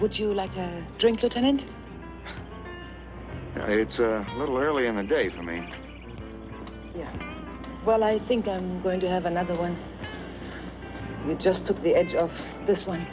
would you like to drink it and it's a little early in the day for me yeah well i think i'm going to have another one just took the edge of this one